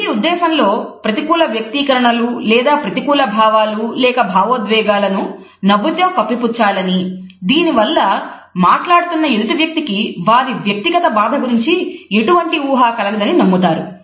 వీరి ఉద్దేశం లో ప్రతికూల వ్యక్తీకరణలు లేదా ప్రతికూల భావాలూ లేక భావోద్వేగాలను నవ్వు తో కప్పిపుచ్చాలని దీనివలన మాట్లాడుతున్న ఎదుటి వ్యక్తికి వారి వ్యక్తిగత బాధ గురించి ఎటువంటి ఊహ కలగదని నమ్ముతారు